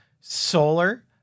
solar